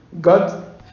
God